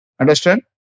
Understand